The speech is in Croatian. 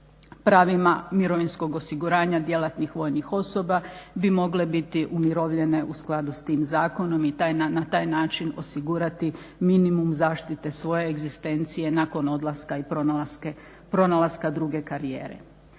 pravima mirovinskog osiguranja djelatnih vojnih osoba bi mogle biti umirovljene u skladu s tim zakonom i na taj način osigurati minimum zaštite svoje egzistencije nakon odlaska i pronalaska druge karijere.